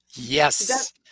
Yes